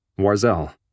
Warzel